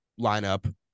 lineup